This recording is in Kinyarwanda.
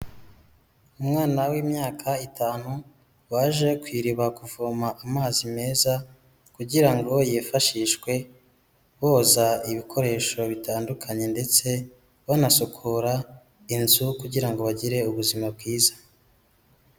Umwana w'imyaka itanu, waje ku iriba kuvoma amazi meza, kugira ngo yifashishwe boza ibikoresho bitandukanye ndetse banasukura inzu, kugirango bagire ubuzima bwiza.